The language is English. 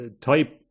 type